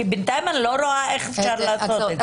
בינתיים אני לא רואה איך אפשר לעשות את זה.